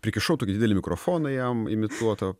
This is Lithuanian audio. prikišau tokį didelį mikrofoną jam imituotą